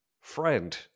friend